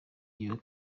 your